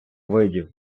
видів